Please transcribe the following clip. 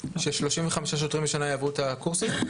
ש-35 שוטרים בשנה יעברו את הקורסים?